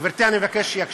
גברתי, אני מבקש שיקשיבו.